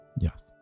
Yes